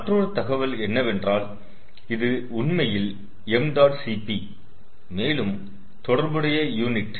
மற்றொரு தகவல் என்னவென்றால் இது உண்மையில் m dot cp மேலும் தொடர்புடைய யூனிட்